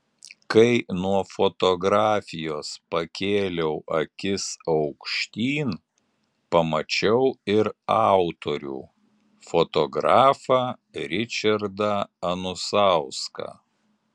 kai nuo fotografijos pakėliau akis aukštyn pamačiau ir autorių fotografą ričardą anusauską